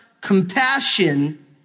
compassion